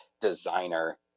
designer